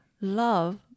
love